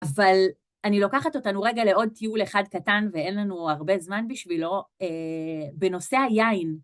אבל אני לוקחת אותנו רגע לעוד טיול אחד קטן, ואין לנו הרבה זמן בשבילו, בנושא היין.